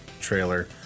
trailer